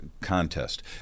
contest